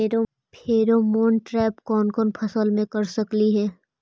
Pheromone trap कोन कोन फसल मे कर सकली हे?